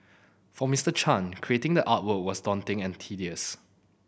for Mister Chan creating the artwork was daunting and tedious